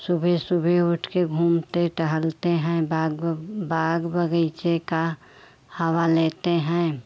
सुबह सुबह उठकर घूमते टहलते हैं बाग़ बाग़ बग़ीचे की हवा लेते हैं